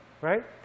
Right